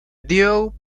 dio